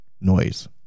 noise